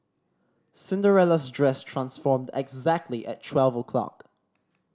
Cinderella's dress transformed exactly at twelve o' clock